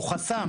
הוא חסם,